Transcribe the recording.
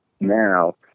now